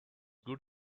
good